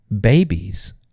babies